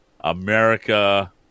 America